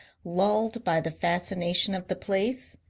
lulled by the fascination of the place,